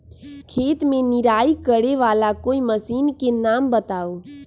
खेत मे निराई करे वाला कोई मशीन के नाम बताऊ?